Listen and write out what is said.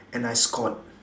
and I scored